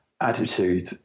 attitude